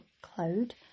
cloud